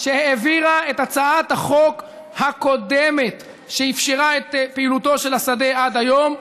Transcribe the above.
שהעבירה את הצעת החוק הקודמת שאפשרה את פעילותו של השדה עד היום.